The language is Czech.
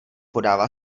podává